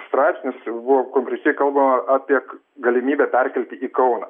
straipsnis buvo konkrečiai kalbama apie galimybę perkelti į kauną